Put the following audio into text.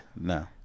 no